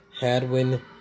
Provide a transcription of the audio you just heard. Hadwin